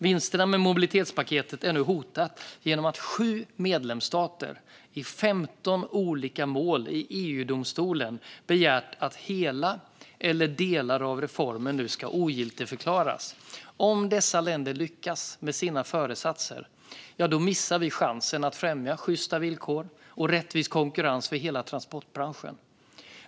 Vinsterna med mobilitetspaketet är nu hotade genom att sju medlemsstater i femton olika mål i EU-domstolen begärt att hela eller delar av reformen ska ogiltigförklaras. Om dessa länder lyckas med sina föresatser missar vi chansen att främja sjysta villkor och rättvis konkurrens för hela transportbranschen.